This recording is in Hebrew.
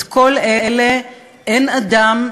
את כל אלה אין אדם,